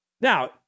Now